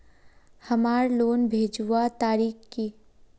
हमार लोन भेजुआ तारीख की?